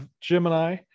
Gemini